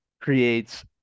creates